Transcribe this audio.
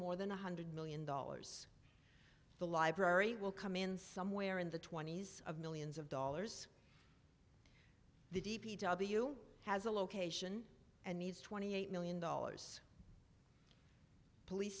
more than one hundred million dollars the library will come in somewhere in the twenty's of millions of dollars the d p w has a location and needs twenty eight million dollars police